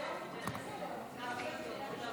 תמיד מעוניין.